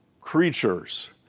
creatures